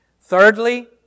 Thirdly